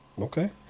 okay